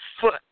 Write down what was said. foot